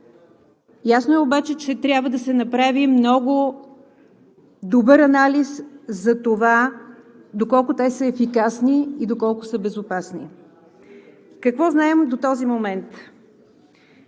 Ясно е обаче, че трябва да се направи много добър анализ за това, доколко те са ефикасни и доколко са безопасни. Какво знаем до този момент?